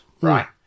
Right